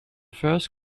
first